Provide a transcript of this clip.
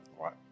right